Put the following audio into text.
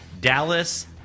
Dallas